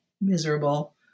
miserable